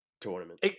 tournament